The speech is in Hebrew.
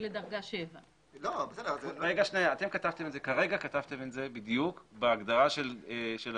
לדרגה 7. כרגע אתם כתבתם את זה בדיוק בהגדרה של זה,